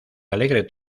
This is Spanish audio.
alegre